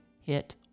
hit